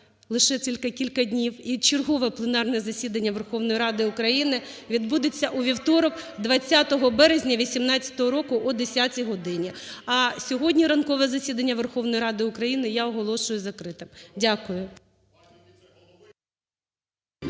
лише тільки кілька днів. І чергове пленарне засідання Верховної Ради України відбудеться у вівторок 20 березня 2018 року о 10-й годині. А сьогодні ранкове засідання Верховної Ради України я оголошую закритим.